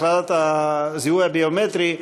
הכללת הזיהוי הביומטרי,